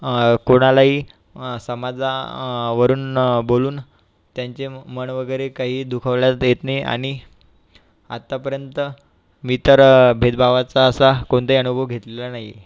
कोणालाही समाजा वरून बोलून त्यांचे म मन वगैरे काही दुखावल्या देत नाही आणि आत्तापर्यंत मी तर भेदभावाचा असा कोणताही अनुभव घेतलेला नाही आहे